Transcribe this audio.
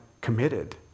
committed